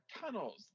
tunnels